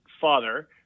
father